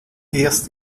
erst